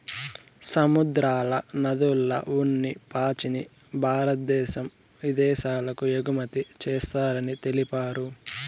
సముద్రాల, నదుల్ల ఉన్ని పాచిని భారద్దేశం ఇదేశాలకు ఎగుమతి చేస్తారని తెలిపారు